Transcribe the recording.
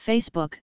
Facebook